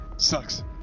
sucks